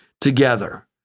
together